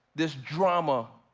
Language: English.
this drama,